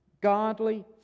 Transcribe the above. godly